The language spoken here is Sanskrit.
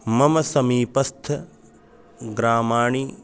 मम समीपस्थग्रामाणि